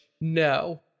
No